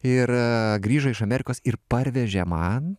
ir grįžo iš amerikos ir parvežė man